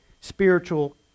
spiritual